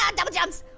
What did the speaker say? ah double jumps!